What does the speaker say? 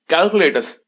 Calculators